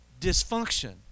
dysfunction